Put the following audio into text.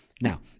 Now